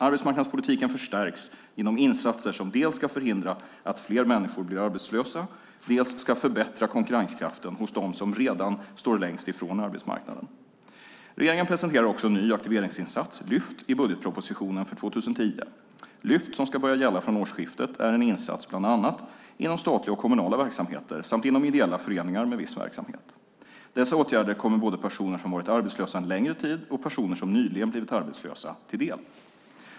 Arbetsmarknadspolitiken förstärks genom insatser som dels ska förhindra att fler människor blir arbetslösa, dels ska förbättra konkurrenskraften hos dem som redan står längst ifrån arbetsmarknaden. Regeringen presenterar också en ny aktiveringsinsats, Lyft, i budgetpropositionen för 2010. Lyft, som ska börja gälla från årsskiftet, är en insats bland annat inom statliga och kommunala verksamheter samt inom ideella föreningar med viss verksamhet. Dessa åtgärder kommer både personer som varit arbetslösa en längre tid och personer som nyligen blivit arbetslösa till del.